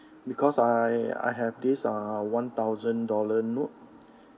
because I I have this uh one thousand dollar note